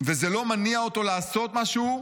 וזה לא מניע אותו לעשות משהו,